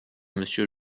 monsieur